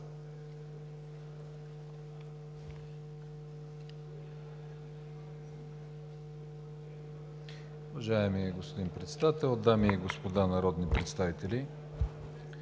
Уважаеми господин Председател, уважаеми дами и господа народни представители!